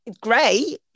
Great